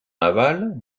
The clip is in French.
navale